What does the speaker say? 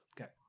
Okay